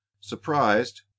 Surprised